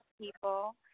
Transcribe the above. people